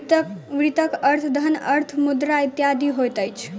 वित्तक अर्थ धन, अर्थ, मुद्रा इत्यादि होइत छै